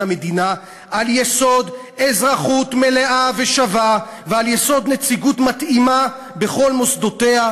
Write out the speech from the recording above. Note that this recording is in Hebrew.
המדינה על יסוד אזרחות מלאה ושווה ועל יסוד נציגות מתאימה בכל מוסדותיה,